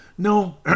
No